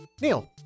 Neil